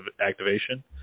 activation